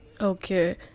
Okay